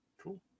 cool